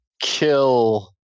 kill